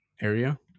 area